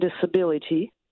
disability